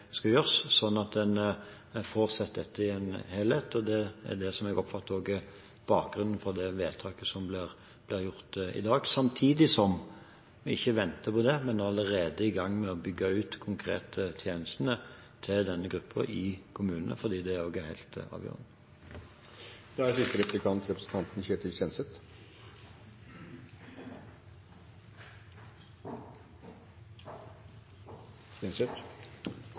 skal gjøres, så en får sett dette i en helhet. Det er det som jeg oppfatter også er bakgrunnen for det vedtaket som blir gjort i dag, samtidig som vi ikke venter på det, men allerede er i gang med å bygge ut de konkrete tjenestene til denne gruppen i kommunene, fordi det også er helt avgjørende. Skolehelsetjenesten har vært nevnt av flere i debatten her i dag. Det er